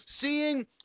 seeing